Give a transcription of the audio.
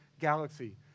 galaxy